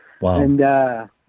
Wow